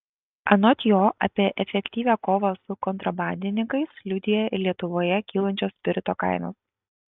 anot jo apie efektyvią kovą su kontrabandininkais liudija ir lietuvoje kylančios spirito kainos